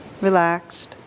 relaxed